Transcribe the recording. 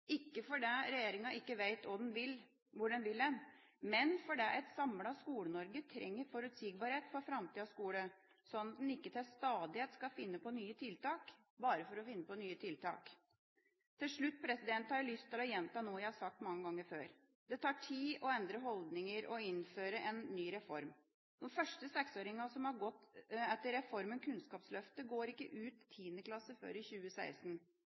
ikke fordi regjeringa ikke vet hvor den vil, men fordi et samlet Skole-Norge trenger forutsigbarhet for framtidas skole, slik at en ikke til stadighet skal finne på nye tiltak bare for å finne på nye tiltak. Til slutt har jeg lyst til å gjenta noe jeg har sagt mange ganger før: Det tar tid å endre holdninger og innføre en ny reform. De første seksåringene som begynte etter reformen Kunnskapsløftet, går ikke ut 10. klasse før i 2016.